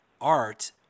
art